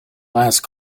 last